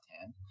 hand